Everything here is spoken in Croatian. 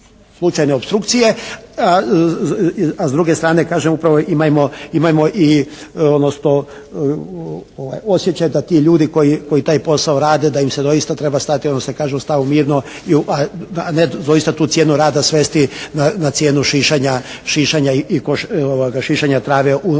a s druge strane kažem upravo imajmo, imajmo i odnosno osjećaj da ti ljudi koji taj posao rade da im se doista treba stati ono što se kaže u stavu mirno a ne doista tu cijenu rada svesti na cijenu šišanja trave u nekim